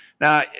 Now